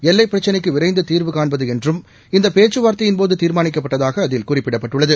எல்லைப் பிரச்சினைக்கு விரைந்து தீாவு காண்பது என்றும் இந்த பேச்சுவார்த்தையின்போது தீர்மானிக்கப்பட்டதாக அதில் குறிப்பிடப்பட்டுள்ளது